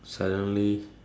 suddenly